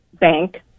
bank